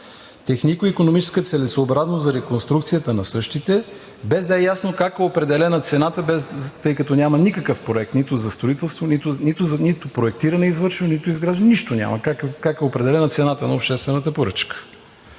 технико-икономическа целесъобразност за реконструкцията на същите, без да е ясно как е определена цената, тъй като няма никакъв проект – нито за строителство, нито проектиране е извършено, нито изграждане – нищо няма, как е определена цената на обществената поръчка?